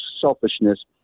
selfishness